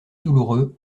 douloureux